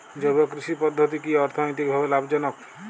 জৈব কৃষি পদ্ধতি কি অর্থনৈতিকভাবে লাভজনক?